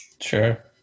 Sure